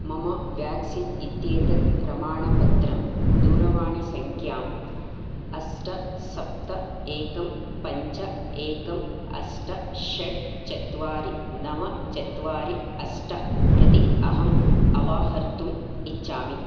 मम वेक्सीन् इत्येतत् प्रमाणपत्रं दूरवाणीसङ्ख्याम् अष्ट सप्त एकं पञ्च एकं अष्ट षट् चत्वारि नव चत्वारि अष्ट प्रति अहम् अवाहर्तुम् इच्छामि